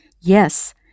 Yes